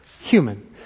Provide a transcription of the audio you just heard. human